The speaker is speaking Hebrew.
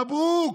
מברוכ.